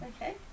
Okay